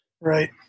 Right